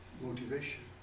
motivation